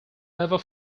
ever